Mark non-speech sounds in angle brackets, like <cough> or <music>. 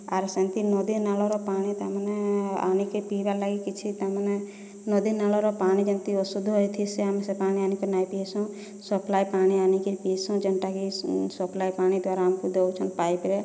ଆରୁ <unintelligible> ନଦୀ ନାଳର ପାଣି ତାମାନେ ଆଣିକି ପିଇବାର୍ ଲାଗି କିଛି ତାମାନେ ନଦୀ ନାଳର ପାଣି ଯେମ୍ତି ଅଶୁଦ୍ଧ ହେଇଥିସି ଆମେ ସେ ପାଣି ଆଣିକିରି ନାଇଁ ପିଇସୁଁ ସପ୍ଲାଏ ପାଣି ଆଣିକିରି ପିଇସୁଁ ଯେନ୍ଟା କି ସପ୍ଲାଏ ପାଣି ଦ୍ୱାରା ଆମକୁ ଦଉଛନ୍ ପାଇପ୍ରେ